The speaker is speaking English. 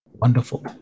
Wonderful